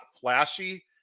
flashy